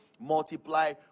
multiply